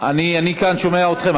אני כאן שומע אתכם.